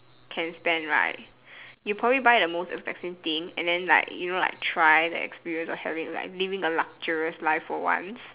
can spend right you'll probably buy the most expensive thing and then like you know like try the experience of living the luxurious life for once